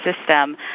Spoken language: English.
system